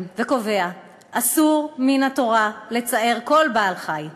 וקובע: "אסור מן התורה לצער כל בעל חי,